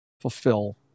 fulfill